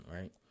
right